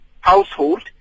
household